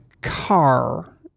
car